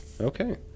Okay